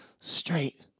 straight